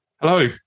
Hello